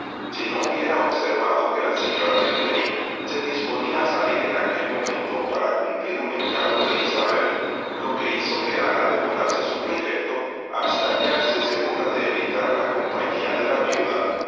si no hubiera observado que la señora de clay se disponía a salir en aquel fomento para cumplir un encargo de isabel lo qüe hizo que ana demorase su proyecto hasta hallarse segura de evitar la compañía de la viuda